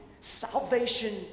salvation